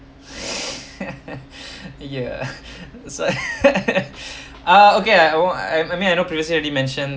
ya was I ah okay I won't I mean I know previously already mentioned